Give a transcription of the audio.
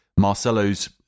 Marcelo's